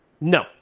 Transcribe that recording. No